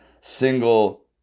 single